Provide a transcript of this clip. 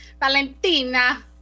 Valentina